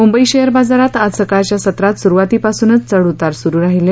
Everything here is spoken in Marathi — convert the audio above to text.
मुंबई शेअर बाजारात आज सकाळच्या सत्रात सुरूवातीपासूनच चढउतार सुरू आहेत